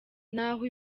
naho